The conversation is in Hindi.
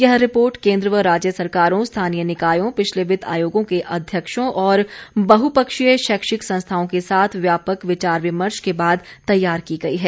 यह रिपोर्ट केन्द्र व राज्य सरकारों स्थानीय निकायों पिछले वित्त आयोगों के अध्यक्षों और बहुपक्षीय शैक्षिक संस्थाओं के साथ व्यापक विचार विमर्श के बाद तैयार की गई है